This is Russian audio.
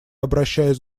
обращаюсь